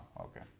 okay